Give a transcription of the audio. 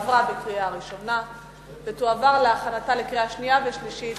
עברה בקריאה ראשונה ותועבר להכנתה לקריאה שנייה ושלישית